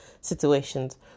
situations